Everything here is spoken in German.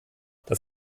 dies